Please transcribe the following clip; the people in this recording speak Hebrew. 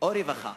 או רווחה.